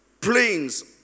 planes